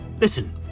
listen